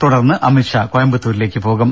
തുടർന്ന് അമിത്ഷാ കോയമ്പത്തൂരിലേക്ക് പോകും